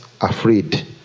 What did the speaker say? afraid